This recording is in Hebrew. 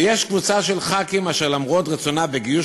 ויש קבוצה של חברי כנסת אשר למרות רצונה בגיוס